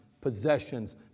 possessions